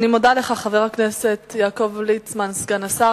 אני מודה לך, חבר הכנסת יעקב ליצמן, סגן השר.